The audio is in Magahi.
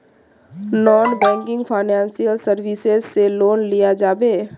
नॉन बैंकिंग फाइनेंशियल सर्विसेज से लोन लिया जाबे?